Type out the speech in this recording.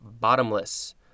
bottomless